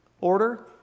order